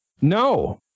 No